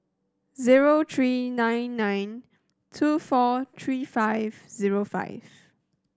zero three nine nine two four three five zero five